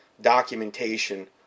documentation